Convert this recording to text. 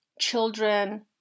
children